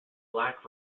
black